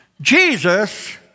Jesus